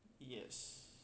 yes